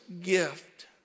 gift